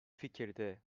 fikirde